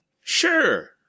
Sure